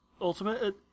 Ultimate